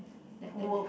that that